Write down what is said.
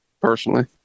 personally